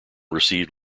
received